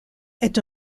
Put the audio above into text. est